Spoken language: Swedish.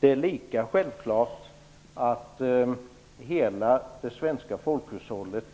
Det är lika självklart att hela det svenska folkhushållet